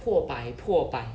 破百破百